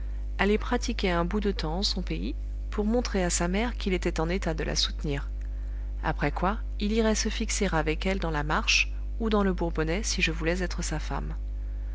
aller pratiquer un bout de temps en son pays pour montrer à sa mère qu'il était en état de la soutenir après quoi il irait se fixer avec elle dans la marche ou dans le bourbonnais si je voulais être sa femme